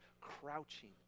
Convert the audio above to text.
crouching